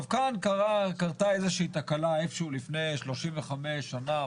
כאן קרתה איזושהי תקלה לפני 35 שנה,